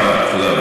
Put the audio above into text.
תודה רבה.